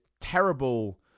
terrible